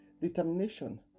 Determination